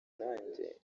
nanjye